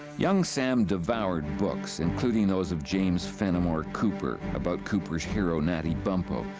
young sam devoured books including those of james fenimore cooper, about cooper's hero natty bumppo,